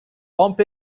bump